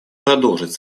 продолжить